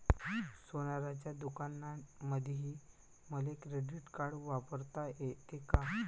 सोनाराच्या दुकानामंधीही मले क्रेडिट कार्ड वापरता येते का?